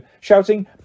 shouting